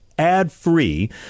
ad-free